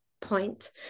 point